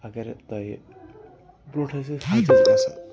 اگر تۄہہِ برٛونٛٹھ ٲسۍ أسۍ